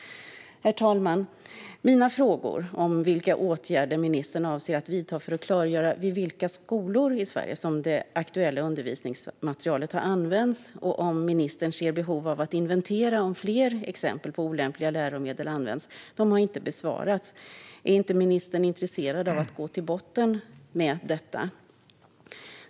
Herr talman! Mina frågor om vilka åtgärder ministern avser att vidta för att klargöra vid vilka skolor i Sverige som det aktuella undervisningsmaterialet har använts och om ministern ser behov av att inventera om fler exempel på olämpliga läromedel används har dock inte besvarats. Är inte ministern intresserad av att gå till botten med detta?